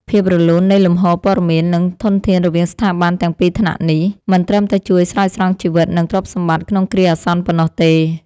ភាពរលូននៃលំហូរព័ត៌មាន និងធនធានរវាងស្ថាប័នទាំងពីរថ្នាក់នេះ មិនត្រឹមតែជួយស្រោចស្រង់ជីវិត និងទ្រព្យសម្បត្តិក្នុងគ្រាអាសន្នប៉ុណ្ណោះទេ។